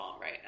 right